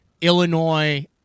Illinois